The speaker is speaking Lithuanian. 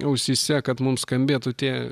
ausyse kad mums skambėtų tie